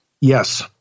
Yes